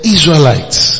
Israelites